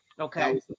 Okay